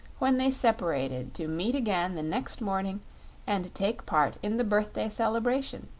when they separated to meet again the next morning and take part in the birthday celebration,